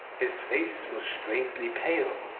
his face was strangely pale,